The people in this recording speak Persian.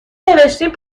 نوشتین